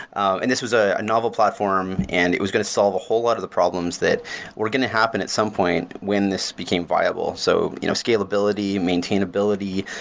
and this was ah a noble platform and it was going to solve a whole lot of the problems that were going to happen at some point when this became viable so you know scalability, maintainability,